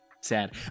sad